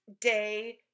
Day